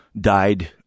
died